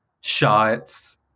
shots